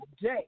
day